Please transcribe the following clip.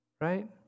Right